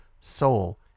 soul